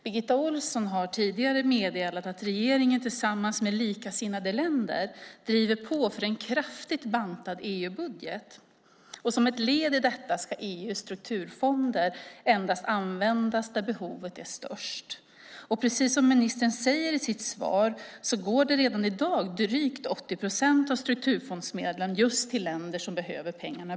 Birgitta Ohlsson har tidigare meddelat att regeringen tillsammans med likasinnade länder driver på för en kraftigt bantad EU-budget. Som ett led i detta ska EU:s strukturfonder användas endast där behovet är störst. Precis som ministern säger i sitt svar går redan i dag drygt 80 procent av strukturfondsmedlen just till de länder som bäst behöver pengarna.